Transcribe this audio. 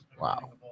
Wow